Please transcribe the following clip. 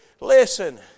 Listen